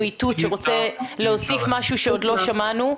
איתות שהוא רוצה להוסיף משהו שעוד לא שמענו.